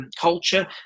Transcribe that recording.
culture